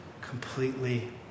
completely